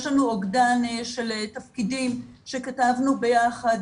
יש לנו אוגדן של תפקידים שכתבנו ביחד,